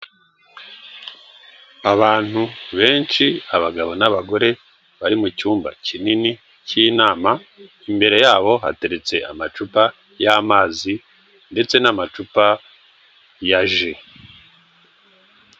Abantu benshi, abagabo n'abagore bari mu cyumba kinini cy'inama, imbere yabo hateretse amacupa y'amazi ndetse n'amacupa ya ji.